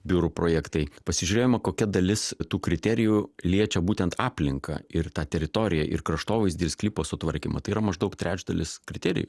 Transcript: biurų projektai pasižiūrėjome kokia dalis tų kriterijų liečia būtent aplinką ir tą teritoriją ir kraštovaizdį ir sklypo sutvarkymą tai yra maždaug trečdalis kriterijų